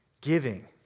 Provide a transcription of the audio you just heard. Giving